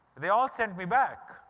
they all sent me back.